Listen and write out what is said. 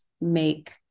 make